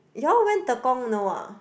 you all went Tekong no ah